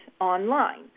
online